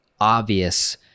obvious